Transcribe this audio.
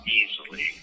easily